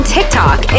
TikTok